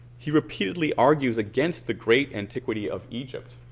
he repeated like argues against the great antiquity of egypt